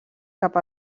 cap